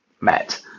met